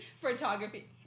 photography